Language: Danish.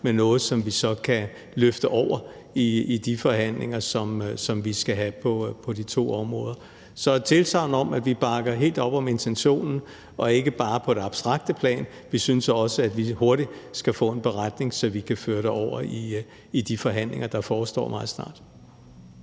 men noget, som vi så kan løfte over i de forhandlinger, som vi skal have på de to områder. Så vi giver et tilsagn om, at vi bakker helt op om intentionen og ikke bare på det abstrakte plan; vi synes også, at vi hurtigt skal få en beretning, så vi kan føre det over i de forhandlinger, der forestår meget snart.